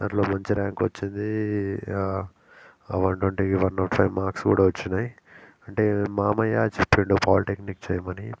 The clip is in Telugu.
దాంట్లో మంచి ర్యాంక్ వచ్చింది వన్ ట్వంటీకి వన్ నాట్ ఫైవ్ మార్క్స్ కూడా వచ్చాయి అంటే మామయ్య చెప్పాడు పాలీటెక్నిక్ చేయమని